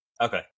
Okay